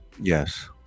yes